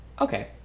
Okay